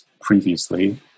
previously